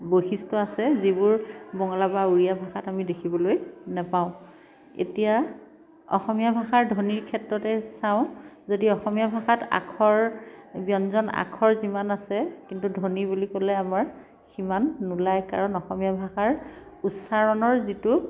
বৈশিষ্ট্য আছে যিবোৰ বঙলা বা উড়িয়া ভাষাত আমি দেখিবলৈ নাপাওঁ এতিয়া অসমীয়া ভাষাৰ ধ্বনিৰ ক্ষেত্ৰতে চাওঁ যদি অসমীয়া ভাষাত আখৰ ব্যঞ্জন আখৰ যিমান আছে কিন্তু ধ্বনি বুলি ক'লে আমাৰ সিমান নোলায় কাৰণ অসমীয়া ভাষাৰ উচ্চাৰণৰ যিটো